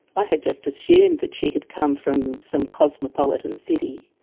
ah had just assumed that she had come from some cosmopolitan city.